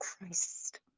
Christ